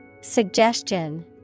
Suggestion